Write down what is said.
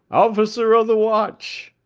officer of the watch!